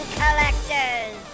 collectors